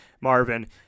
Marvin